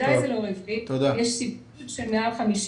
בוודאי שזה לא רווחי, יש סבסוד של יותר מ-50%,